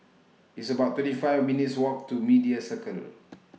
It's about twenty five minutes' Walk to Media Circle